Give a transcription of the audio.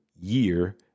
year